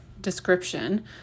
description